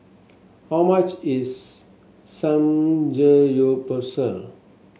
how much is Samgeyopsal